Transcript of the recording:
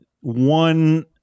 one